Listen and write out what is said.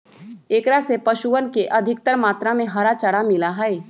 एकरा से पशुअन के अधिकतर मात्रा में हरा चारा मिला हई